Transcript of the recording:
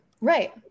Right